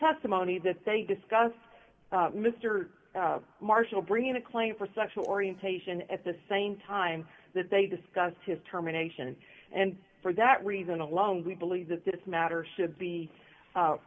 testimony that they discussed mr marshall bringing a claim for sexual orientation at the same time that they discussed his terminations and for that reason alone we believe that this matter should be